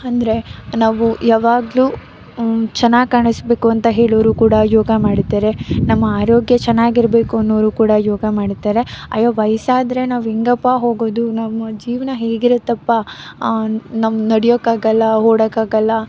ಅಂದರೆ ನಾವು ಯಾವಾಗಲೂ ಚೆನ್ನಾಗಿ ಕಾಣಿಸಬೇಕು ಅಂತ ಹೇಳೋರು ಕೂಡ ಯೋಗ ಮಾಡುತ್ತಾರೆ ನಮ್ಮ ಆರೋಗ್ಯ ಚೆನ್ನಾಗಿರಬೇಕು ಅನ್ನೋರು ಕೂಡ ಯೋಗ ಮಾಡುತ್ತಾರೆ ಅಯ್ಯೋ ವಯಸ್ಸಾದ್ರೆ ನಾವು ಹೆಂಗಪ್ಪಾ ಹೋಗೋದು ನಮ್ಮ ಜೀವನ ಹೇಗಿರುತ್ತಪ್ಪ ನಮ್ಗೆ ನಡೆಯೋಕ್ಕಾಗೋಲ್ಲ ಓಡೋಕ್ಕಾಗೋಲ್ಲ